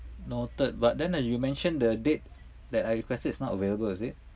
noted but then uh you mentioned the date that I requested is not available is it